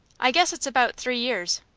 i guess it's about three years.